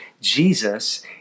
Jesus